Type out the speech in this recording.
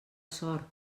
sort